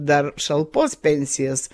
dar šalpos pensijas